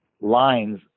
lines